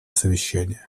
совещание